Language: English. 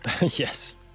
Yes